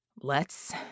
Let's